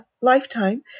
lifetime